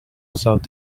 south